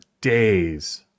days